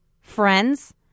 friends